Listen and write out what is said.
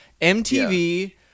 mtv